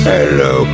Hello